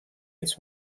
its